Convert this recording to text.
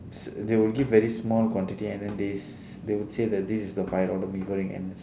they will give very small quantity and then they they would say that this the five dollar mee goreng and